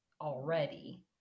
already